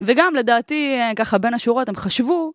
וגם לדעתי, ככה בין השורות הם חשבו